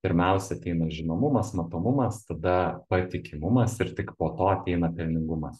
pirmiausia ateina žinomumas matomumas tada patikimumas ir tik po to ateina pelningumas